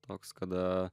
toks kada